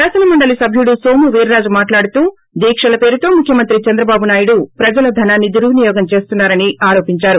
శాసనమండలి సభ్యుడు నోము వీర్రాజు మాట్లాడుతూ దీక్షల పేరుతో ముఖ్యమంత్రి చంద్రబాబు నాయుడు ప్రజల ధనాన్ని దుర్వినియోగం చేస్తున్నారని అరోపించారు